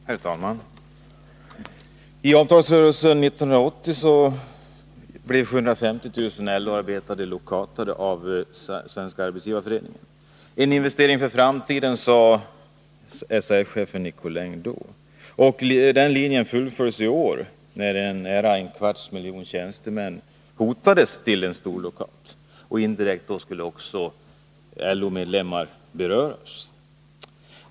Herr talman! I avtalsrörelsen 1980 blev 750 000 LO-arbetare lockoutade av Svenska arbetsgivareföreningen. En investering för framtiden, sade SAF-chefen Curt Nicolin då. Den linjen fullföljdes i år, då nära en kvarts miljon tjänstemän hotades av en storlockout. Indirekt skulle då också LO-medlemmar beröras.